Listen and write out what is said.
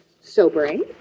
sobering